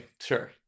Sure